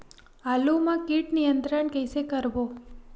आलू मा कीट नियंत्रण कइसे करबो?